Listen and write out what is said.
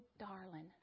darling